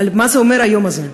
על מה אומר היום הזה.